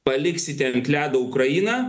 paliksite ant ledo ukrainą